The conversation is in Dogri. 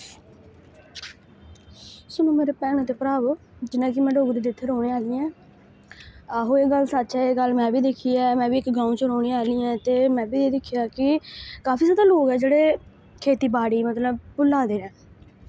सुनो मेरे भैनों ते भ्रावो जि'यां कि में डोगरी दे इत्थे रोह्ने आह्ली ऐं आहो एह् गल्ल सच्च ऐ एह् गल्ल में वी दिक्खी ऐ में वी इक गाओं च रोह्ने आह्ली ऐं ते में बी एह् दिक्खेआ कि काफी जैदा लोक ऐ जेह्ड़े खेती बाड़ी मतलब भुल्ला दे ऐ